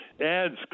Ads